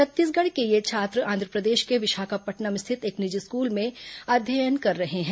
छत्तीसगढ़ के ये छात्र आंध्रप्रदेश के विशाखापट्टनम स्थित एक निजी स्कूल में अध्ययन कर रहे हैं